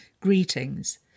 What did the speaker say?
greetings